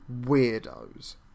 weirdos